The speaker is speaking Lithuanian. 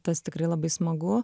tas tikrai labai smagu